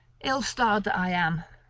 ill-starred that i am!